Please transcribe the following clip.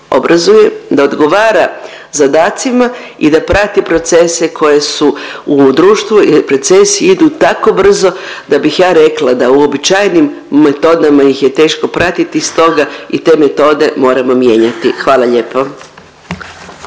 obrazuje, da odgovara zadacima i da prati procese koje su u društvu jer procesi idu tako brzo da bih ja rekla da uobičajenim metodama ih je teško pratiti stoga i te metode moramo mijenjati. Hvala lijepo.